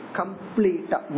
complete